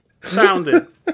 sounded